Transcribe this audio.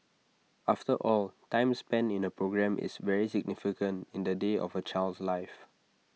after all time spent in A programme is very significant in the day of A child's life